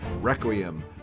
Requiem